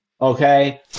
Okay